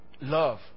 love